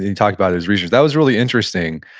he talked about his research. that was really interesting,